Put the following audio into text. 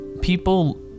people